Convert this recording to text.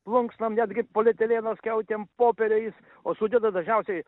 plunksnom netgi polietileno skiautėm popieriais o sudeda dažniausiai